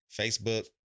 Facebook